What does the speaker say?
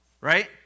right